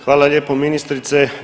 Hvala lijepo ministrice.